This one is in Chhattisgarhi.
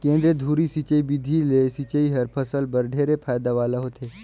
केंद्रीय धुरी सिंचई बिधि ले सिंचई हर फसल बर ढेरे फायदा वाला होथे